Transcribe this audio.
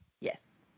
Yes